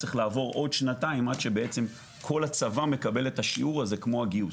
צריך לעבור עוד שנתיים שכל הצבא מקבל את השיעור הזה כמו הגיוס.